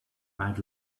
right